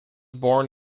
born